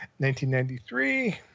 1993